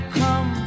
come